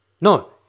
No